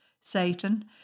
Satan